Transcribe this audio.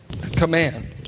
command